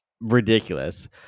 ridiculous